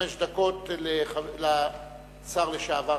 חמש דקות לשר לשעבר